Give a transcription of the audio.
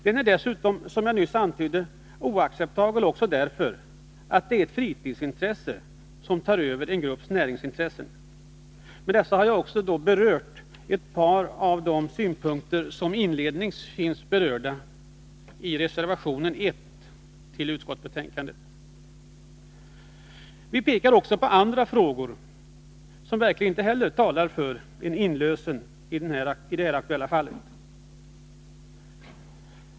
Den är dessutom, som jag nyss antydde, oacceptabel därför att det är ett fritidsintresse som tar över en grupps näringsintressen. Med detta har jag också berört ett par av de synpunkter som framförs i reservation 1 till utskottsbetänkandet. Vi pekar också på andra frågor, som verkligen inte heller talar för en inlösen i det här aktuella fallet.